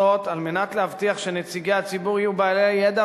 זאת כדי להבטיח שנציגי הציבור יהיו בעלי ידע